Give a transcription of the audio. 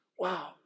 Wow